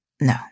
No